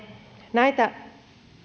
näitä